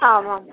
आमाम्